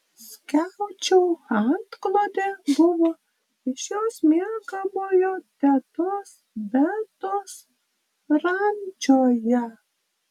skiaučių antklodė buvo iš jos miegamojo tetos betos rančoje